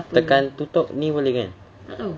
tekan tutup ni boleh kan